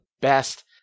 best